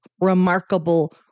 remarkable